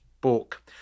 book